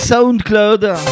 Soundcloud